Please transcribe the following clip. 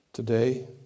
Today